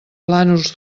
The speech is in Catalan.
plànols